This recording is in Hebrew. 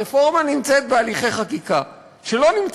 הרפורמה נמצאת בהליכי חקיקה שלא נמצאת.